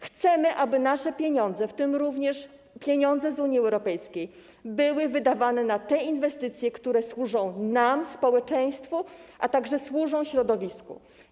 Chcemy, aby nasze pieniądze, w tym pieniądze z Unii Europejskiej, były wydawane na te inwestycje, które służą nam, społeczeństwu, a także środowisku.